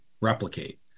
replicate